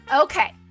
okay